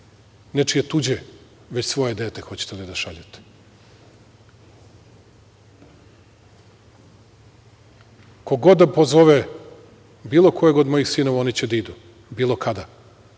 nečije tuđe, već svoje dete hoćete da šaljete. Ko god da pozove bilo kojeg od mojih sinova, oni će da idu, bilo kada.